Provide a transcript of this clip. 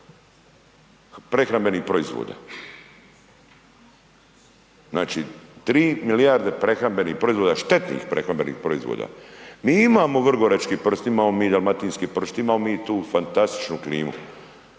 3 milijarde eura prehrambenih proizvoda. Znači, 3 milijarde prehrambenih proizvoda, štetnih prehrambenih proizvoda. Mi imamo vrgorački pršut, imamo mi dalmatinski pršut, imamo mi tu fantastičnu klimu,